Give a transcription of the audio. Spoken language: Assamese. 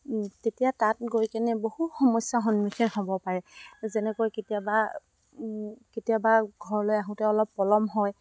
তেতিয়া তাত গৈ কেনে বহু সমস্যাৰ সন্মুখীন হ'ব পাৰে যেনেকৈ কেতিয়াবা কেতিয়াবা ঘৰলৈ আহোঁতে অলপ পলম হয়